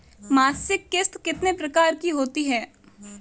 मासिक किश्त कितने प्रकार की होती है?